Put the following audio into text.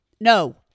no